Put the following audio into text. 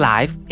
Life